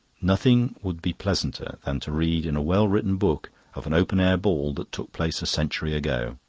nothing would be pleasanter than to read in a well-written book of an open-air ball that took place a century ago.